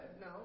no